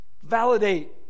validate